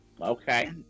okay